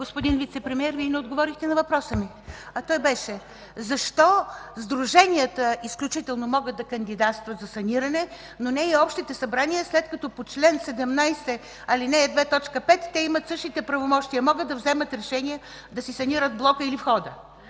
Господин Вицепремиер, Вие не отговорихте на въпроса ми, а той беше: защо сдруженията изключително могат да кандидатстват за саниране, но не и общите събрания, след като по чл. 17, ал. 2, т. 5 те имат същите правомощия – могат да вземат решение да си санират блока или входа?